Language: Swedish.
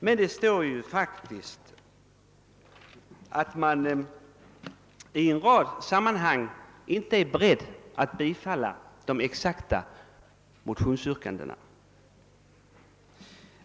Men det sägs ju faktiskt i utlåtandet att ut skottet i en rad sammanhang inte är berett att tillstyrka motionsyrkandena.